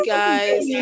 guys